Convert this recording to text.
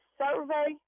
survey